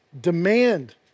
demand